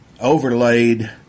overlaid